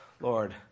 Lord